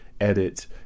Edit